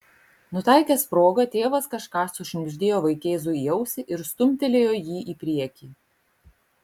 nutaikęs progą tėvas kažką sušnibždėjo vaikėzui į ausį ir stumtelėjo jį į priekį